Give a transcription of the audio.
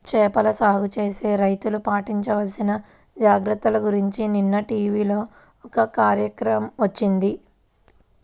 చేపల సాగు చేసే రైతులు పాటించాల్సిన జాగర్తల గురించి నిన్న టీవీలో ఒక కార్యక్రమం వచ్చింది